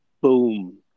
Boom